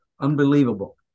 unbelievable